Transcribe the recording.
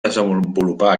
desenvolupar